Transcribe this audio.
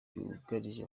byugarije